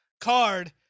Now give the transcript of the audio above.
card